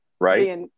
right